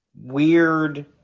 weird –